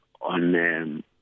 on